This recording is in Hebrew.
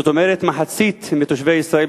זאת אומרת שמחצית מתושבי ישראל,